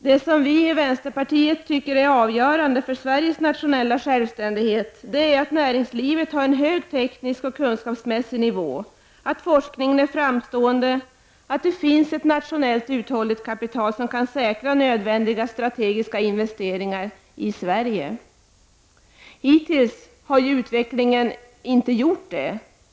Det som vi i vänsterpartiet anser vara avgörande för Sveriges nationella självständighet är att näringslivet har en hög teknisk och kunskapsmässig nivå, att forskningen är framstående och att det finns ett nationellt uthålligt kapital som kan säkra nödvändiga strategiska investeringar i Sverige. Hittills har utvecklingen ju inte varit sådan.